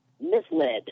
misled